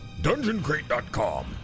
DungeonCrate.com